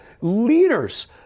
leaders